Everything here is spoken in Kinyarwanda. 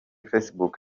facebook